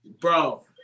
Bro